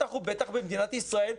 בטח ובטח במדינת ישראל,